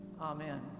Amen